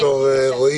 בבקשה, ד"ר רועי.